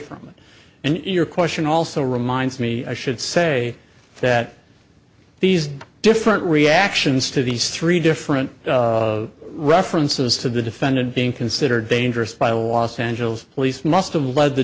and your question also reminds me i should say that these different reactions to these three different references to the defendant being considered dangerous by a loss angeles police must have led the